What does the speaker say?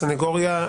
הסניגוריה,